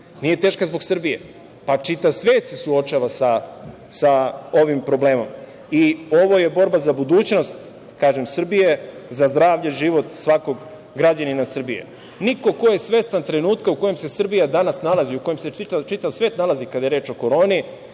nije teška zbog Srbije, pa čitav svet se suočava sa ovim problemom i ovo je borba za budućnost, kažem, Srbije, za zdravlje, život svakog građanina Srbije. Niko ko je svestan trenutka u kojem se Srbija danas nalazi, u kojem se čitav svet nalazi kada je reč o koroni,